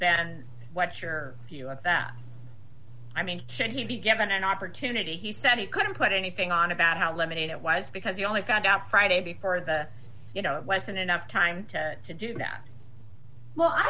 then what's your view on that i mean should he be given an opportunity he said he couldn't put anything on about how limited it was because he only found out friday before the you know it wasn't enough time to to do that well i